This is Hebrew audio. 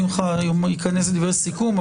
שמחה ייכנס לדברי סיכום,